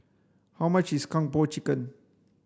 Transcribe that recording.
how much is Kung Po chicken